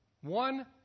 One